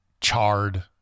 charred